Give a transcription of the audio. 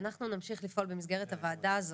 אנחנו נמשיך לפעול במסגרת הוועדה הזאת,